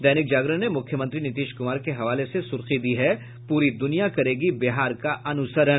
दैनिक जागरण ने मुख्यमंत्री नीतीश कुमार के हवाले से सुर्खी दी है पूरी दुनिया करेगी बिहार का अनुसरण